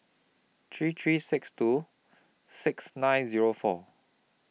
three three six two six nine Zero four